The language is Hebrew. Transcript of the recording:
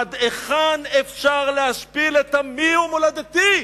עד היכן אפשר להשפיל את עמי ומולדתי?